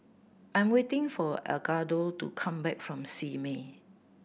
I am waiting for Edgardo to come back from Simei